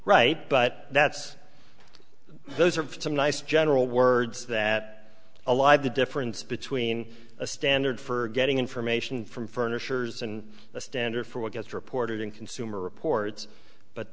write but that's those are some nice general words that alive the difference between a standard for getting information from furnitures and the standard for what gets reported in consumer reports but